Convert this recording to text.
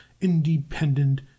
independent